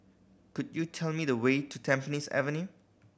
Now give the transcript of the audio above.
could you tell me the way to Tampines Avenue